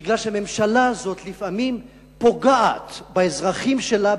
כי הממשלה הזאת לפעמים פוגעת באזרחים שלה,